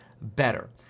better